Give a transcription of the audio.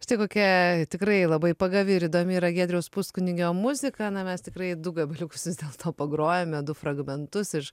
štai kokia tikrai labai pagavi ir įdomi yra giedriaus puskunigio muzika na mes tikrai du gabaliukus vis dėlto pagrojome du fragmentus iš